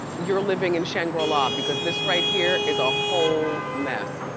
you're leaving in xangri-la because this right here is a whole mess,